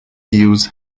views